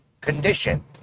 condition